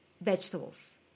vegetables